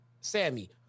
Sammy